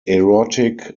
erotic